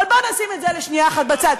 אבל בוא נשים את זה לשנייה אחת בצד.